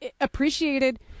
appreciated